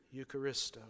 eucharisto